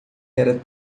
era